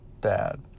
dad